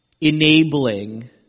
enabling